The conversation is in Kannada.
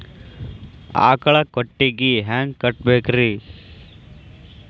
ಆಕಳ ಕೊಟ್ಟಿಗಿ ಹ್ಯಾಂಗ್ ಕಟ್ಟಬೇಕ್ರಿ?